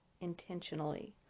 intentionally